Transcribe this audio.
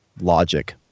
logic